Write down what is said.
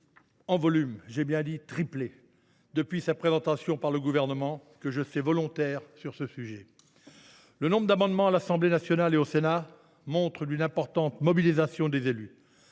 du texte a ainsi triplé depuis sa présentation par le Gouvernement, que je sais volontaire sur ce sujet. Le nombre d’amendements déposés à l’Assemblée nationale et au Sénat est la preuve d’une importante mobilisation des élus.